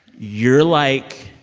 you're like